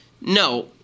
No